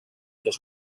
dos